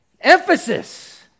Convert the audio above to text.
Emphasis